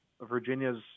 Virginia's